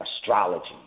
astrology